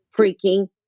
freaking